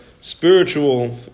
spiritual